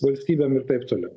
valstybėm ir taip toliau